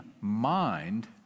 mind